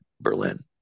Berlin